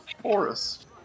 forest